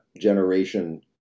generation